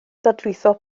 dadlwytho